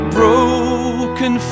broken